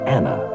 Anna